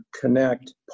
connect